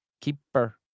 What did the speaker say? Keeper